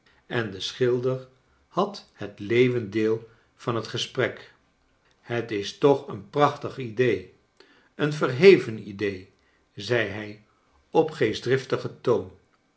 en de schilder had het leeuw t endeel van het gesprek het is toch een prachtig idee een verheven idee zei hij op geestdriftigen toon